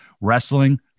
wrestling